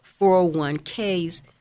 401ks